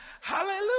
Hallelujah